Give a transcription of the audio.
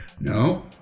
No